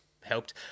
helped